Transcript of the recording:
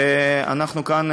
ואנחנו כאן,